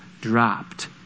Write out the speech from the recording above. dropped